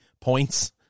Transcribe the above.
points